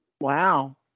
Wow